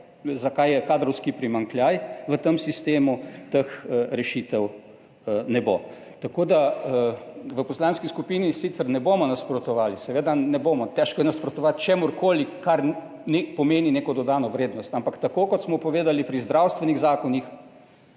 zakaj je kadrovski primanjkljaj v tem sistemu, teh rešitev ne bo. V poslanski skupini sicer ne bomo nasprotovali, seveda ne bomo, težko je nasprotovati čemurkoli, kar pomeni neko dodano vrednost, ampak tako kot smo povedali pri zdravstvenih zakonih,